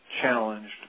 challenged